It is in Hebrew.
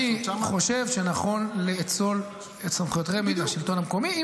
אני חושב שנכון לאצול את סמכויות רמ"י לשלטון המקומי.